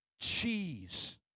cheese